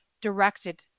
directed